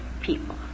people